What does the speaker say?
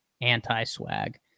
anti-swag